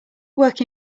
work